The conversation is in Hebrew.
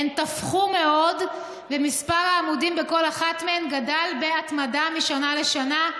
הן תפחו מאוד ומספר העמודים בכל אחת מהן גדל בהתמדה משנה לשנה,